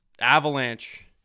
avalanche